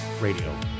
Radio